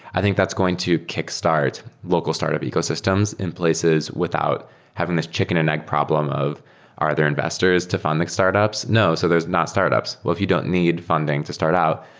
i think that's going to kick start local start of ecosystems in places without having this chicken and egg problem of are there investors to fund like startups? no. so there's not startups. if you don't need funding to start out,